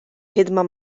ħidma